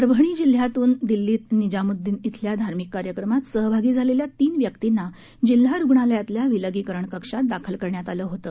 परभणी जिल्ह्यातून दिल्लीत निजामुद्दीन इथल्या धार्मिक कार्यक्रमात सहभागी झालेल्या तीन व्यक्तींना जिल्हा रुग्णालयातल्या विलगीकरण कक्षात दाखल करण्यात आले होतं